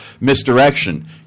misdirection